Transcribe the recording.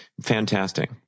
fantastic